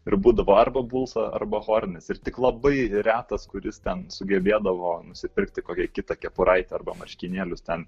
ir būdavo arba bulsą arba hornes ir tik labai retas kuris ten sugebėdavo nusipirkti kokią kitą kepuraitę arba marškinėlius ten